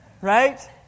right